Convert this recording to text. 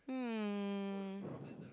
um